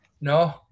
No